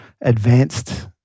advanced